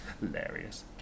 Hilarious